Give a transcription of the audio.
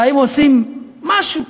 האם עושים משהו?